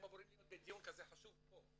הם אמורים להיות בדיון כזה חשוב פה.